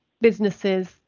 businesses